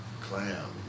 Clam